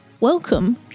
Welcome